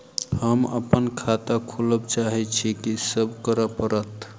हम अप्पन खाता खोलब चाहै छी की सब करऽ पड़त?